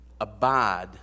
Abide